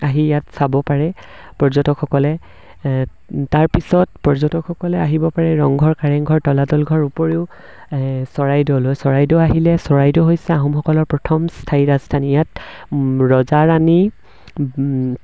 আহি ইয়াত চাব পাৰে পৰ্যটকসকলে তাৰপিছত পৰ্যটকসকলে আহিব পাৰে ৰংঘৰ কাৰেংঘৰ তলাতল ঘৰ উপৰিও এই চৰাইদেউলৈ চৰাইদেউ আহিলে চৰাইদেউ হৈছে আহোমসকলৰ প্ৰথম স্থায়ী ৰাজস্থানী ইয়াত ৰজা ৰাণী